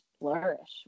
flourish